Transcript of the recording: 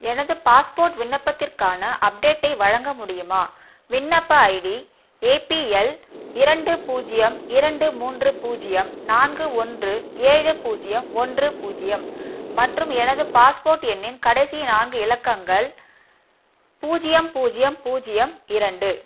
எனது பாஸ்போர்ட் விண்ணப்பத்திற்கான அப்டேட்டை வழங்க முடியுமா விண்ணப்ப ஐடி ஏபிஎல் இரண்டு பூஜ்ஜியம் இரண்டு மூன்று பூஜ்ஜியம் நான்கு ஒன்று ஏழு பூஜ்ஜியம் ஒன்று பூஜ்ஜியம் மற்றும் எனது பாஸ்போர்ட் எண்ணின் கடைசி நான்கு இலக்கங்கள் பூஜ்ஜியம் பூஜ்ஜியம் பூஜ்ஜியம் இரண்டு